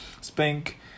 spank